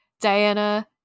Diana –